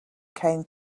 came